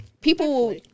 people